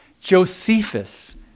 Josephus